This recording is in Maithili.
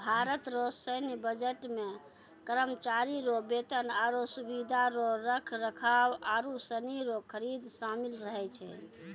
भारत रो सैन्य बजट मे करमचारी रो बेतन, आरो सुबिधा रो रख रखाव आरू सनी रो खरीद सामिल रहै छै